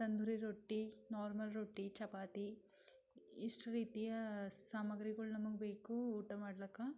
ತಂದೂರಿ ರೊಟ್ಟಿ ನಾರ್ಮಲ್ ರೊಟ್ಟಿ ಚಪಾತಿ ಇಷ್ಟು ರೀತಿಯ ಸಾಮಗ್ರಿಗಳು ನಮ್ಗೆ ಬೇಕು ಊಟ ಮಾಡ್ಲಿಕ್ಕೆ